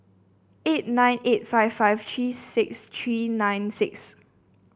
eight nine eight five five three six three nine six